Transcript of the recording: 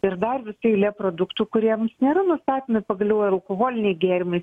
ir dar visa eilė produktų kuriems nėra nustatomi pagaliau alkoholiniai gėrimai